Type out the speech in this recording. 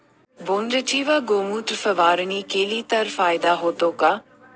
बोंडअळीवर गोमूत्र फवारणी केली तर फायदा होतो का?